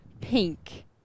pink